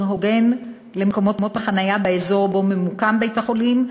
הוגן למקומות החניה באזור שבו ממוקם בית-החולים,